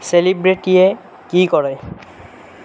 চেলিব্ৰিটিয়ে কি কৰে